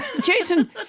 Jason